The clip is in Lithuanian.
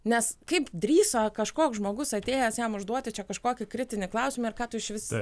nes kaip drįso kažkoks žmogus atėjęs jam užduoti čia kažkokį kritinį klausimą ir ką tu išvis